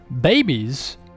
babies